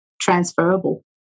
transferable